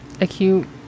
Acute